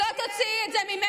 לא תוציאי את זה ממני.